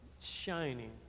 shining